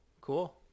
Cool